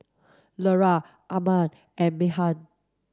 Lera Arman and Meghan